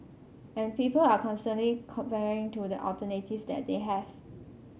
and people are constantly comparing to the alternatives that they have